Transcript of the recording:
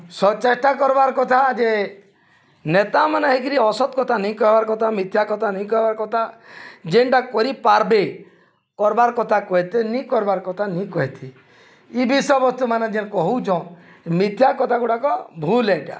ସବ୍ ଚେଷ୍ଟା କର୍ବାର୍ କଥା ଯେ ନେତାମାନେ ହେଇକିରି ଅସତ୍ କଥା ନାଇଁ କହିବାର୍ କଥା ମିଥ୍ୟା କଥା ନାଇଁ କହବାର୍ କଥା ଯେନ୍ଟା କରିପାର୍ବେ କର୍ବାର୍ କଥା କହିତେ ନାଇଁ କର୍ବାର୍ କଥା ନାଇଁ କହିତେ ଇ ବିଷୟବସ୍ତୁ ମାନେ ଯେନ୍ କହୁଛନ୍ ମିଥ୍ୟା କଥା ଗୁଡ଼ାକ ଭୁଲ୍ ଏଟା